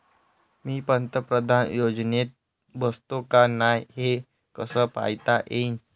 मी पंतप्रधान योजनेत बसतो का नाय, हे कस पायता येईन?